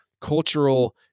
cultural